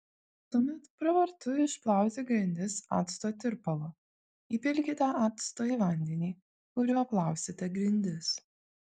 tuomet pravartu išplauti grindis acto tirpalu įpilkite acto į vandenį kuriuo plausite grindis